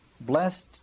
blessed